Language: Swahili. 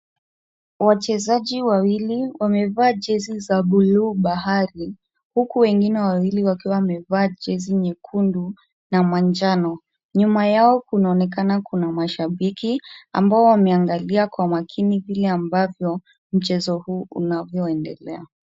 Wachezaji wawili wamevaa jezi za buluu bahari, huku wengine wawili wakiwa wamevaa jezi nyekundu na manjano. Nyuma yao kunaoekana kuna mashabiki ambao wameangalia kwa makini vile ambavyo mchezo huu unavyoendelea.